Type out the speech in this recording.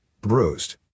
bruised